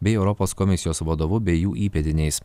bei europos komisijos vadovu bei jų įpėdiniais